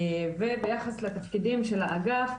וביחס לתפקידים של האגף,